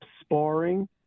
Sparring